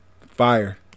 Fire